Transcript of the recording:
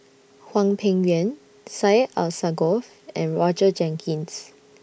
Hwang Peng Yuan Syed Alsagoff and Roger Jenkins